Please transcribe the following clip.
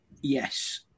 Yes